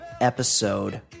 episode